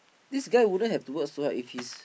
this guy wouldn't have to work so hard if his